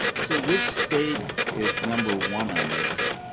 so which state is number one on this